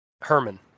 Herman